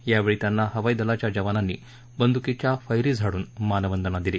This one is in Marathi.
यावेळी त्यांना हवाई दलाच्या जवानांनी बंद्कीच्या फैरी झाडून मानवंदना दिली